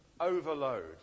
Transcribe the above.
overload